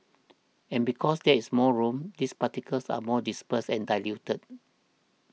and because there is more room these particles are more dispersed and diluted